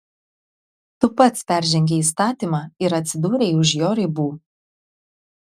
tu pats peržengei įstatymą ir atsidūrei už jo ribų